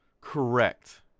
Correct